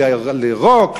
לירוק,